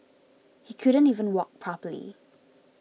he couldn't even walk properly